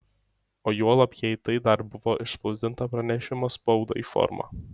o juolab jei tai dar buvo išspausdinta pranešimo spaudai forma